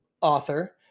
author